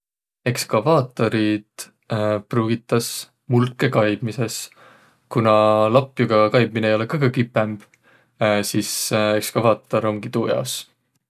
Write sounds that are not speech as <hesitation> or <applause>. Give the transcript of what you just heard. Ekskavaatoriid <hesitation> pruugitas mulkõ kaibmisõs. Kuna lapjuga kaibminõ ei olõq kõgõ kipõmb, <hesitation> sis <hesitation> ekskavaator omgi tuu jaos.